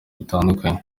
bitandukanye